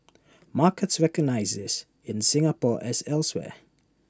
markets recognise this in Singapore as elsewhere